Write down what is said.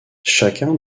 chacun